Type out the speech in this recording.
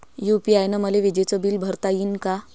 UPI न मले विजेचं बिल भरता यीन का?